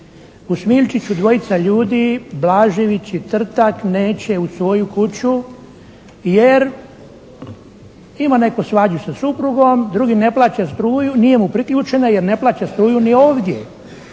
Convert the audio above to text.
U Smilčiću dvojica ljudi Blažević i Trtak neće u svoju kuću jer ima neku svađu sa suprugom, drugi ne plaća struju, nije mu priključena jer ne plaća struju ni ovdje.